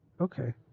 Okay